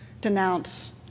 denounce